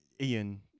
Ian